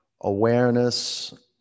awareness